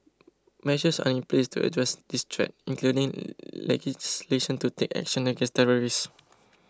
measures are in place to address this threat including legislation to take action against terrorists